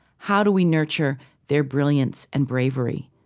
how do we nurture their brilliance and bravery?